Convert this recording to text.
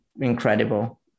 incredible